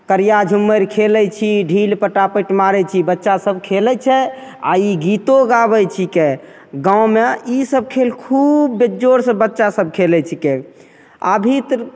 करिया झूम्मैर खेलय छी ढील पटापट मारय छी बच्चा सब खेलय छै आओर ई गीतो गाबय छीकै गाँवमे ईसब खेल खूब बेजोड़सँ बच्चा सब खेलय छीकै अभी तऽ